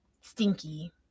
Stinky